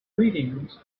greetings